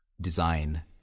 design